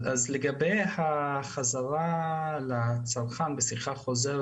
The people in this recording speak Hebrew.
לגבי החזרה לצרכן בשיחה חוזרת,